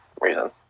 reason